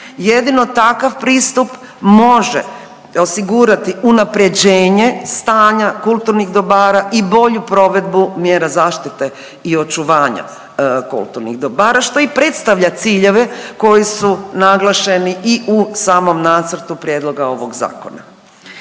Jedino takav pristup može osigurati unaprjeđenje stanja kulturnih dobara i bolju provedbu mjera zaštite i očuvanja kulturnih dobara što i predstavlja ciljeve koji su naglašeni i u samom nacrtu prijedloga ovog zakona.